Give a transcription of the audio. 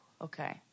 okay